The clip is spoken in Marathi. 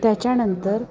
त्याच्यानंतर